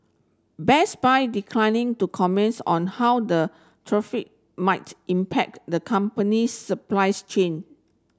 Best Buy declining to comments on how the tariff might impact the company's supply's chain